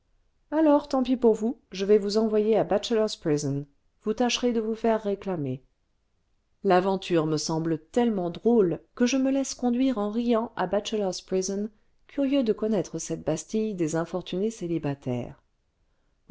alors tant pis pour vous je vais vous envoyer à bachelor's prison vous tâcherez de vous faire réclamer ce l'aventure me semble tellement drôle que je me laisse conduire en riant à bachelor's prison curieux de connaître cette bastille des infortunés célibataires